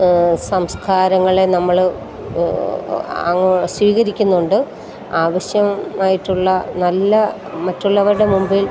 സംസ്കാരങ്ങളെ നമ്മൾ അങ്ങ് സ്വീകരിക്കുന്നുണ്ട് ആവശ്യമായിട്ടുള്ള നല്ല മറ്റുള്ളവരുടെ മുമ്പിൽ